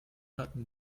hatten